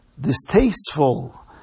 distasteful